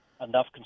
enough